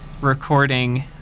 recording